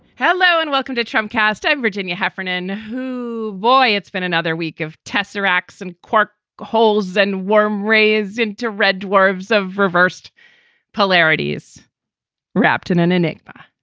hello and welcome to trump cast. virginia heffernan. whoo! boy, it's been another week of tests, racks and caulk holes and warm rays into red dwarves of reversed polarities wrapped in an enigma.